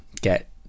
get